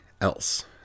else